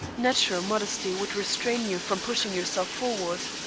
natural modesty would restrain you from pushing yourself forward.